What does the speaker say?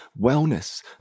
wellness